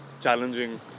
challenging